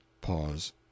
Pause